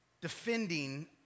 defending